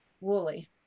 woolly